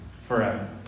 forever